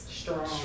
strong